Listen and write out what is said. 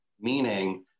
meaning